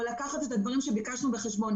לקחת את הדברים שביקשנו בחשבון?